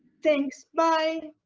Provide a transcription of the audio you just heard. thanks, bye!